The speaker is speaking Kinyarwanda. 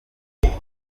afite